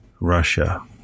Russia